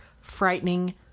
frightening